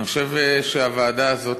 אני חושב שהוועדה הזאת,